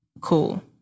Cool